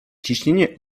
ciśnienie